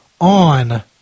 on